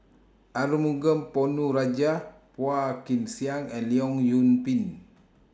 Arumugam Ponnu Rajah Phua Kin Siang and Leong Yoon Pin